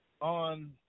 on